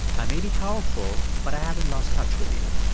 i may be powerful, but i haven't lost touch with you.